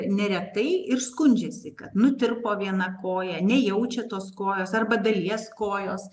neretai ir skundžiasi kad nutirpo viena koja nejaučia tos kojos arba dalies kojos